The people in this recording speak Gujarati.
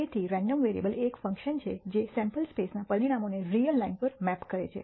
તેથી રેન્ડમ વેરીએબલ એ એક ફંક્શન છે જે સેમ્પલ સ્પેસ ના પરિણામોને રીયલ લાઇન પર મેપ કરે છે